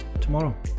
tomorrow